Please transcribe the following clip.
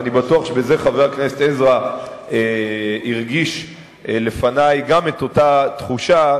ואני בטוח שבזה חבר הכנסת עזרא הרגיש לפני גם את אותה תחושה,